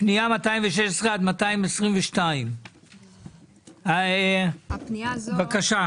פנייה 216 עד 222. הפנייה הזו,